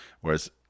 Whereas